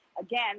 again